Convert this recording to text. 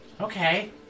Okay